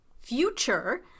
future